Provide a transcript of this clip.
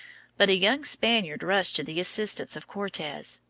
but a young spaniard rushed to the assistance of cortes,